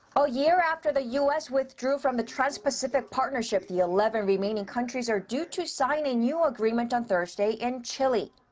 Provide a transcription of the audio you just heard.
a year after the u s. withdrew from the trans-pacific partnership, the eleven remaining countries are due to sign a new agreement on thursday in chile.